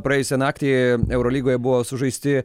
praėjusią naktį eurolygoje buvo sužaisti